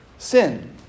Sin